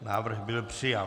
Návrh byl přijat.